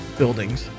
buildings